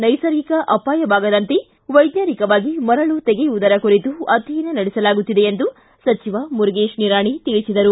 ನೈಸರ್ಗಿಕ ಅಪಾಯವಾಗದಂತೆ ವೈಜ್ಞಾನಿಕವಾಗಿ ಮರಳು ತೆಗೆಯುವುದರ ಕುರಿತು ಅಧ್ಯಯನ ನಡೆಸಲಾಗುತ್ತಿದೆ ಎಂದು ಸಚಿವ ಮುರಗೇಶ್ ನಿರಾಣಿ ತಿಳಿಸಿದರು